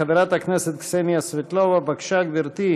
חברת הכנסת קסניה סבטלובה, בבקשה, גברתי,